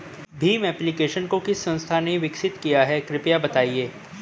Bhim application को किस संस्था ने विकसित किया है कृपया बताइए?